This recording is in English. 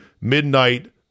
midnight